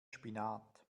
spinat